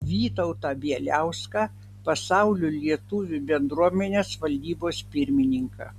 vytautą bieliauską pasaulio lietuvių bendruomenės valdybos pirmininką